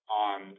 on